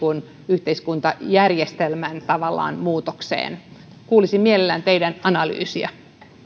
yhteiskuntajärjestelmän muutokseen kuulisin mielellään teidän analyysiänne